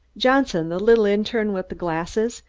johnson, the little interne with the glasses,